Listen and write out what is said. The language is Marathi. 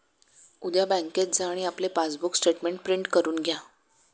उद्या बँकेत जा आणि आपले पासबुक स्टेटमेंट प्रिंट करून घ्या